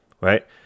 right